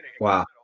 Wow